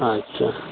ᱟᱪᱪᱷᱟ